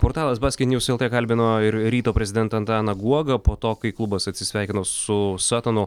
portalas basket news lt kalbino ir ryto prezidentą antaną guogą po to kai klubas atsisveikino su satanu